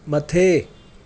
मथे